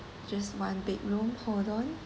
just one bedroom hold on